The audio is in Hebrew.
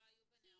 לא היו בה נערות?